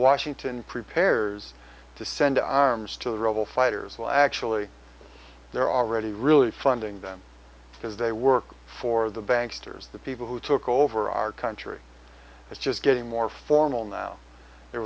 washington prepares to send arms to the rebel fighters well actually they're already really funding them because they work for the banks toure's the people who took over our country is just getting more formal now there